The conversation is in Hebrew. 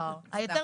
לא, יום נהדר.